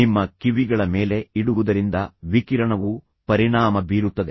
ನಿಮ್ಮ ಕಿವಿಗಳ ಮೇಲೆ ಇಡುವುದರಿಂದ ವಿಕಿರಣವು ಪರಿಣಾಮ ಬೀರುತ್ತದೆ